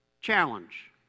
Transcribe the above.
challenge